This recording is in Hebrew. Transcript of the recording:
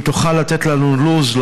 אם תוכל לתת לנו לו"ז,